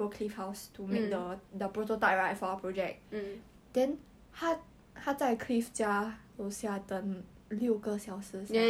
my impression of him will probably not change because he's obsessive he is worse than yong sheng leh